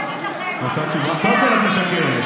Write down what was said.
אני רוצה להגיד לכם, קודם כול,